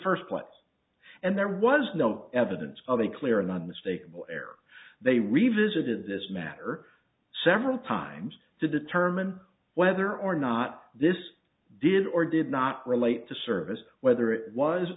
first place and there was no evidence of a clear and unmistakable error they revisited this matter several times to determine whether or not this did or did not relate to service whether it was